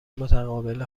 متقابل